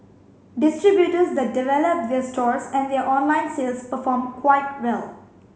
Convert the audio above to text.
distributors that develop their stores and their online sales perform quite well